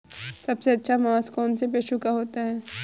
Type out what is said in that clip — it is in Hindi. सबसे अच्छा मांस कौनसे पशु का होता है?